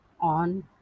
on